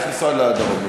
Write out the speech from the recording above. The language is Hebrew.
חיים צריך לנסוע לדרום.